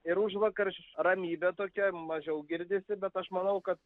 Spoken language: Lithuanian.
ir užvakar ramybė tokia mažiau girdisi bet aš manau kad